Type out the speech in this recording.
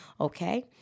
okay